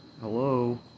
Hello